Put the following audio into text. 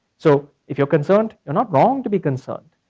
so if you're concerned, you're not wrong to be concerned.